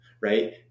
right